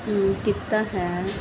ਕੀਤਾ ਹੈ